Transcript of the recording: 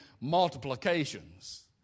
multiplications